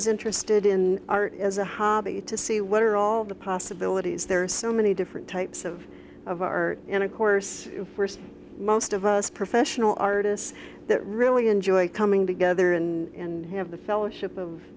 who's interested in art as a hobby to see what are all the possibilities there are so many different types of of our and of course first most of us professional artists that really enjoy coming together and have the fellowship of